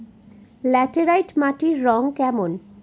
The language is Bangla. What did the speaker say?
ল্যাটেরাইট মাটির রং কেমন?